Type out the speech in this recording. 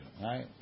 right